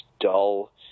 dull